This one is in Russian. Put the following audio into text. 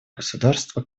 государства